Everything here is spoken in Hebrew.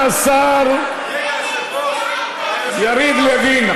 תודה לשר יריב לוין.